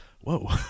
Whoa